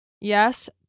Yes